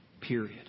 period